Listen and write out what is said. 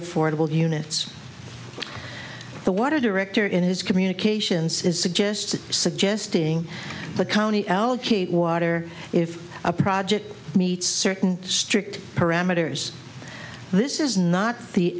affordable units the water director in his communications is suggested suggesting the county allocate water if a project meets certain strict parameters this is not the